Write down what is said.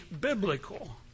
biblical